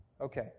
Okay